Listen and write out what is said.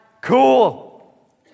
cool